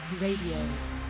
Radio